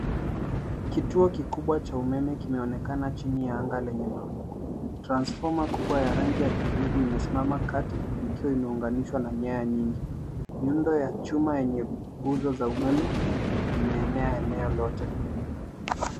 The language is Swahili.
Kituo kikubwa cha umeme kimeonekana chini ya anga lenye mawingu. Transfoma kubwa ya rangi ya kijivu imesimama kati ikiwa imeunganishwa na nyaya nyingi. Miundo ya chuma yenye nguzo za umeme imeenea eneo lote.